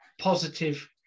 positive